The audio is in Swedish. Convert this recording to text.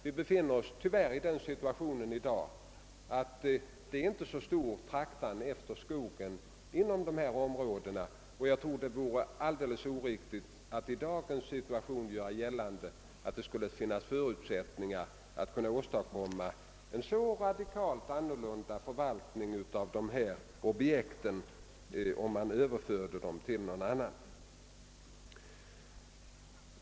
Vi befinner oss tyvärr i den situationen i dag att skogen inte längre är så eftertraktad inom dessa områden som den varit tidigare. Jag tror att det vore alldeles fel att i dagens situation göra gällande att det skulle finnas förutsättningar att åstadkomma en så radikalt annorlunda förvaltning av dessa objekt genom att överföra dem till någon annan.